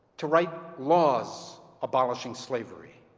to write laws abolishing slavery.